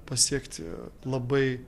pasiekti labai